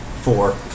Four